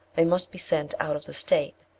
they must be sent out of the state.